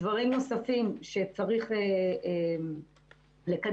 דברים נוספים שצריך לקדם.